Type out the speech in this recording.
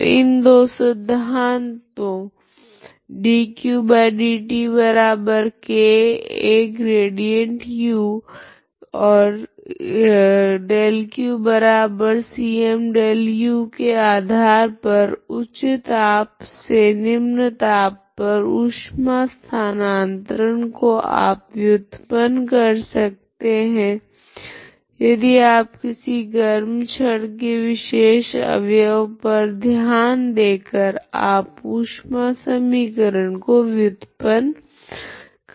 तो इन दो सिद्धांतों के आधार पर उच्च ताप से निम्न ताप पर ऊष्मा स्थानातरण को आप व्युत्पन्न कर सकते है यदि आप किसी गर्म छड़ के विशेष अवयव पर ध्यान देकर आप ऊष्मा समीकरण को व्युत्पन्न कर सकते है